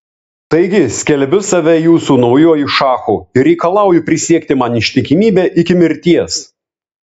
taigi skelbiu save jūsų naujuoju šachu ir reikalauju prisiekti man ištikimybę iki mirties